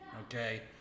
Okay